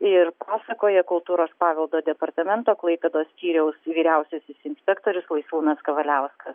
ir pasakoja kultūros paveldo departamento klaipėdos skyriaus vyriausiasis inspektorius laisvūnas kavaliauskas